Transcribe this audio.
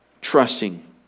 Trusting